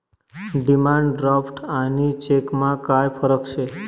demand draft आणि चेकमा काय फरक शे